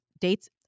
dates